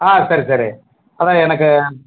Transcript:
ஆ சரி சரி அதுதான் எனக்கு